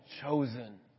chosen